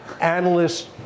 analysts